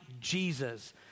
Jesus